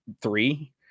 three